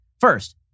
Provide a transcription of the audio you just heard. First